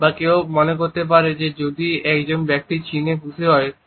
বা কেউ মনে করতে পারে যে যদি একজন ব্যক্তি চীনে খুশি হন